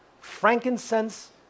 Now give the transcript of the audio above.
frankincense